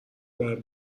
باید